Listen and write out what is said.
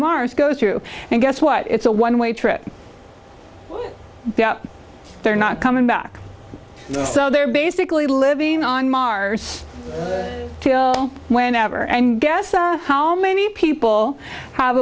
mars goes through and guess what it's a one way trip they're not coming back so they're basically living on mars whenever and guess out how many people have